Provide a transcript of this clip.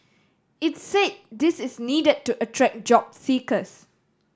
it said this is needed to attract job seekers